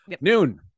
Noon